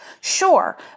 Sure